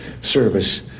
service